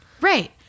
Right